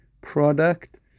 product